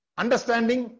understanding